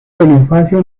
bonifacio